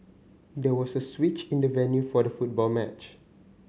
there was a switch in the venue for the football match